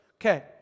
Okay